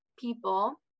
people